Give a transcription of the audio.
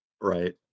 Right